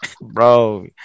Bro